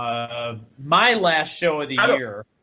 ah my last show of the ah year.